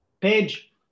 Page